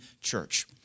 church